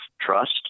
trust